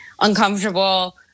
uncomfortable